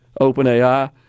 OpenAI